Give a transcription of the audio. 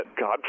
God